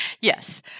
Yes